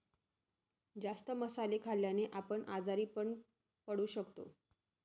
जास्त मसाले खाल्ल्याने आपण आजारी पण पडू शकतो